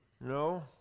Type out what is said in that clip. No